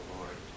Lord